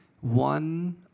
one